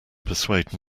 persuade